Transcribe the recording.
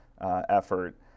effort